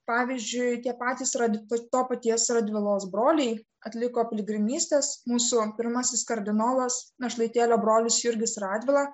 pavyzdžiui tie patys rad to paties radvilos broliai atliko piligrimystes mūsų pirmasis kardinolas našlaitėlio brolis jurgis radvila